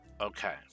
Okay